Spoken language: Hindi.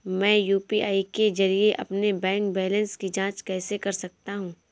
मैं यू.पी.आई के जरिए अपने बैंक बैलेंस की जाँच कैसे कर सकता हूँ?